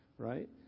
right